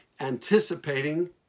anticipating